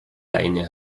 leine